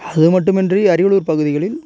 அதுமட்டுமின்றி அரியலூர் பகுதிகளில்